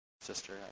sister